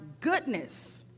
goodness